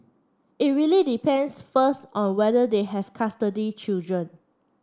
it really depends first on whether they have custody children